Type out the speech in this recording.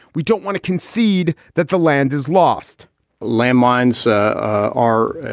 we don't want to concede that the land is lost landmines ah are